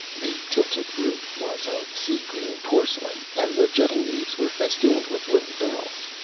the tilted roof was of sea green porcelain, and the jutting eaves were festooned with little bells.